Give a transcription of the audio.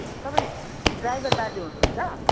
तपाईँ ड्राइभर दाजु हुनुहुन्छ